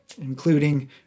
including